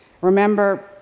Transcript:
Remember